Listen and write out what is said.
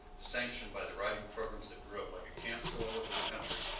sanctioned by the writing programs that grew up like a cancer all over the country,